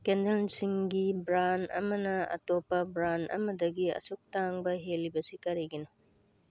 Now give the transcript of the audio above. ꯀꯦꯟꯗꯜꯁꯤꯡꯒꯤ brand ꯑꯃꯅ ꯑꯇꯣꯞꯄ brand ꯑꯃꯗꯒꯤ ꯑꯁꯨꯛ ꯇꯥꯡꯕ ꯍꯦꯜꯂꯤꯕꯁꯤ ꯀꯔꯤꯒꯤꯅꯣ